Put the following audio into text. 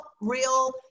real